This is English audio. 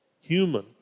human